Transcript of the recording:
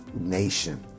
nation